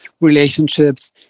relationships